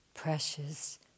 Precious